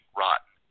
rotten